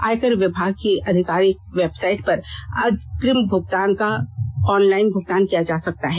आयकर विभाग की अधिकारिक वेबसाइट पर अग्रिम कर का ऑनलाइन भुगतान किया जा सकता है